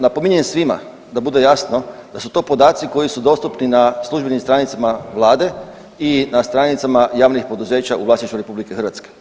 Napominjem svima da bude jasno da su to podaci koji su dostupni na službenim stranicama Vlade i na stranicama javnih poduzeća u vlasništvu RH.